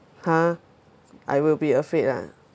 !huh! I will be afraid lah